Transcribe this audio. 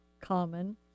common